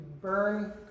burn